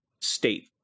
state